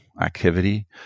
activity